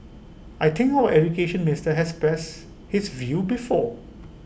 I think all Education Minister has expressed this view before